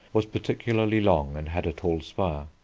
was particularly long and had a tall spire.